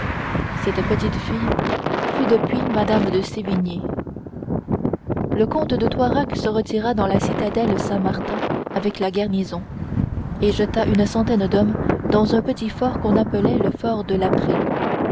cette petite fille fut depuis mme de sévigné le comte de toiras se retira dans la citadelle saint-martin avec la garnison et jeta une centaine d'hommes dans un petit fort qu'on appelait le fort de